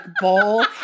bowl